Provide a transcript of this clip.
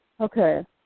Okay